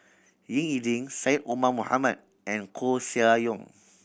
Ying E Ding Syed Omar Mohamed and Koeh Sia Yong